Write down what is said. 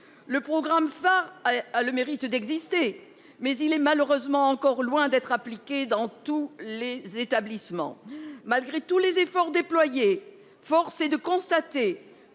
Le programme phare a le mérite d'exister mais il est malheureusement encore loin d'être appliquée dans tous les établissements. Malgré tous les efforts déployés, force est de constater